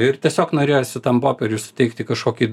ir tiesiog norėjosi tam popieriui suteikti kažkokį